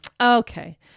Okay